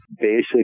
basic